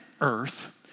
earth